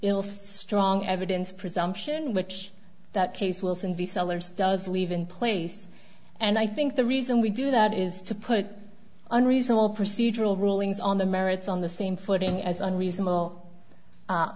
ilse strong evidence presumption which that case wilson v sellers does leave in place and i think the reason we do that is to put unreasonable procedural rulings on the merits on the same footing as unreasonable